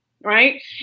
Right